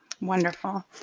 Wonderful